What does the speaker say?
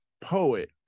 poet